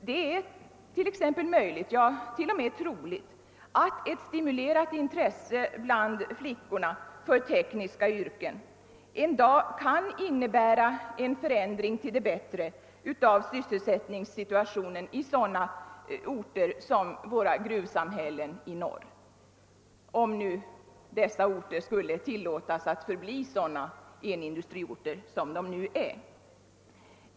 Det är t.ex. möjligt, ja t.o.m. troligt, att ett stimulerat intresse bland flickorna för tekniska yrken en dag kan innebära en förbättring av sysselsättningssituationen i sådana orter som våra gruvsamhällen i norr — om nu dessa orter skulle tillåtas förbli sådana enindustriorter som de nu är.